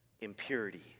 impurity